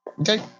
okay